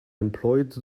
employed